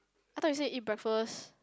I thought you say eat breakfast